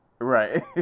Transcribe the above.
Right